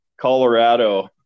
Colorado